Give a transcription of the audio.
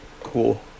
Cool